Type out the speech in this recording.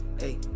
hey